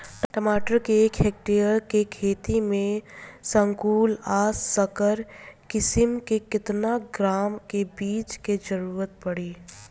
टमाटर के एक हेक्टेयर के खेती में संकुल आ संकर किश्म के केतना ग्राम के बीज के जरूरत पड़ी?